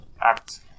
Act